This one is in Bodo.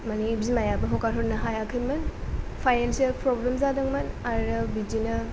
माने बिमायाबो हगारहरनो हायाखैमोन फायनेन्सियेल प्रब्लेम जादोंमोन आरो बिदिनो